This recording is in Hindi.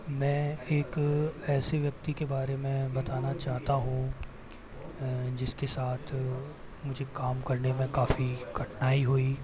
मैं एक ऐसे व्यक्ति के बारे में बताना चाहता हूँ जिसके साथ मुझे काम करने में काफ़ी कठिनाई हुई